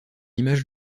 image